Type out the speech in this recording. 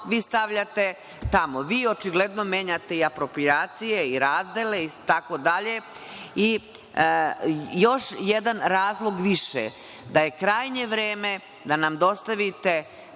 vi stavljate tamo. Vi očigledno menjate i aproprijacije i razdele itd. To je još jedan razlog više da je krajnje vreme da nam dostavite